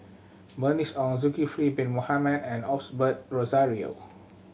Bernice Ong Zulkifli Bin Mohamed and Osbert Rozario